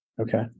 Okay